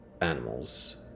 animals